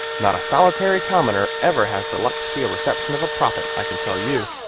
not a solitary commoner ever has the luck to see a reception of a prophet, i can tell you.